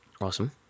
awesome